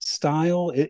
style